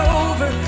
over